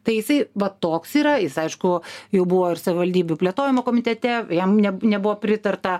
tai jisai va toks yra jis aišku jau buvo ir savivaldybių plėtojimo komitete jam neb nebuvo pritarta